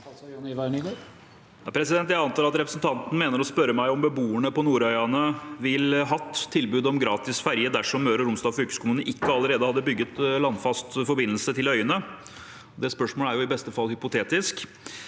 Jeg antar at re- presentanten mener å spørre meg om beboerne på Nordøyane ville hatt tilbud om gratis ferje dersom Møre og Romsdal fylkeskommune ikke allerede hadde bygget landfast forbindelse til øyene. Det spørsmålet er i beste fall hypotetisk.